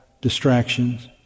distractions